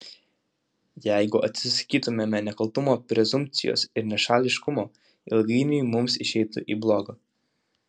jeigu atsisakytumėme nekaltumo prezumpcijos ir nešališkumo ilgainiui mums išeitų į bloga